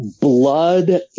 blood